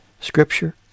scripture